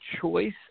choice